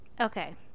Okay